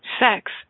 Sex